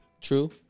True